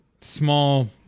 small